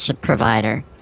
provider